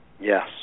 Yes